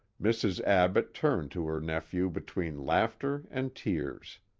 mrs. abbott turned to her nephew between laughter and tears.